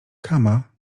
kama